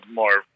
more